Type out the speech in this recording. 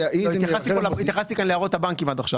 עד עכשיו התייחסתי להערות הבנקים.